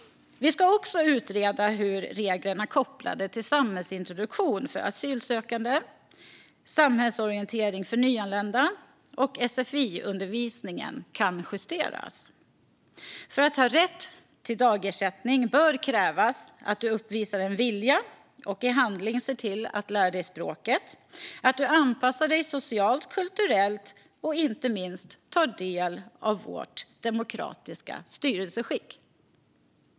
Vi ska också utreda hur reglerna kopplade till samhällsintroduktion för asylsökande, samhällsorientering för nyanlända och sfi-undervisning kan justeras. För att ha rätt till dagersättning bör det krävas att man uppvisar en vilja och i handling ser till att lära sig språket, att man anpassar sig socialt, kulturellt och inte minst tar del av vårt demokratiska styrelseskick.